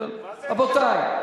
זה, מה זה אין סיכום?